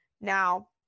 Now